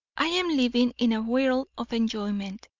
i am living in a whirl of enjoyment.